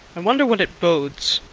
i wonder what it bodes.